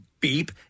beep